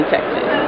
Texas